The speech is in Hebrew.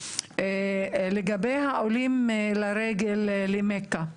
לגבי העולים לרגל למכה.